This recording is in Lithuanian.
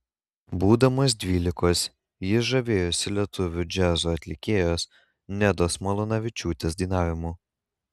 būdamas dvylikos jis žavėjosi lietuvių džiazo atlikėjos nedos malūnavičiūtės dainavimu